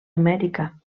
amèrica